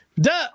Duh